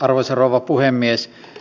arvoisa rouva puhemies